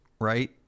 right